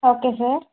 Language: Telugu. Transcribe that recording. okay sir